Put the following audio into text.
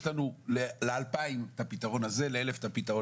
יש לנו ל-2,000 את הפתרון הזה.